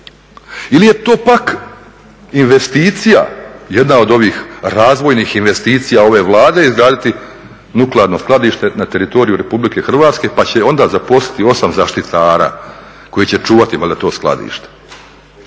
investicija jedna od ovih razvojnih investicija ove Vlade izraditi nuklearno skladište na teritoriju Republike Hrvatske pa će onda zaposliti 8 zaštitara koji će čuvati valjda to skladište.